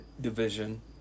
division